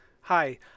Hi